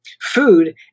food